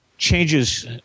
changes